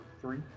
three